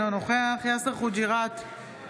אינו נוכח יאסר חוג'יראת,